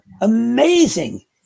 amazing